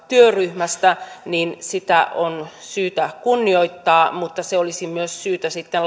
työryhmästä sitä on syytä kunnioittaa mutta se olisi myös syytä sitten